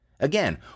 Again